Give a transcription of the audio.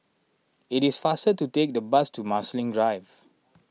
it is faster to take the bus to Marsiling Drive